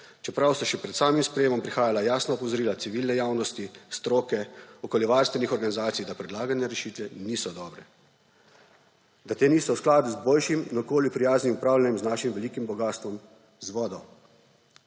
čeprav so še pred samim sprejemom prihajala jasna opozorila civilne javnosti, stroke, okoljevarstvenih organizacij, da predlagane rešitve niso dobre. Da te niso v skladu z boljšim, okolju prijaznim upravljanjem z našim velikim bogastvom, z vodo.